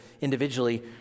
individually